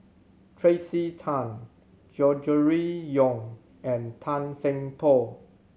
Tracey Tan Gregory Yong and Tan Seng Poh